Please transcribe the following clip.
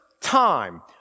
time